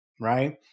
right